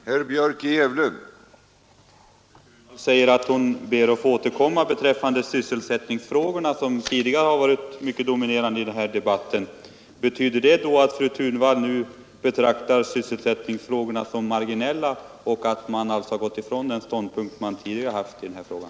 Herr talman! Fru Thunvall säger att hon ber att få återkomma beträffande sysselsättningsfrågorna, som tidigare har varit mycket dominerande i den här debatten. Betyder det att fru Thunvall nu betraktar sysselsättningsfrågorna som marginella och att man alltså har frångått den ståndpunkt man tidigare har haft i den här frågan?